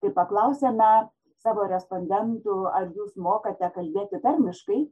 tai paklausėme savo respondentų ar jūs mokate kalbėti tarmiškai